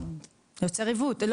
זה יוצר עיוות.